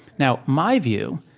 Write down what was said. now, my view,